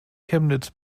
chemnitz